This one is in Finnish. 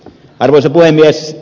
arvoisa puhemies